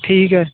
ਠੀਕ ਹੈ